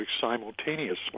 simultaneously